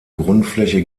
grundfläche